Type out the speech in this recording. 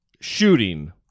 shooting